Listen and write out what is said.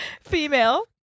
Female